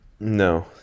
No